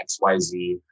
XYZ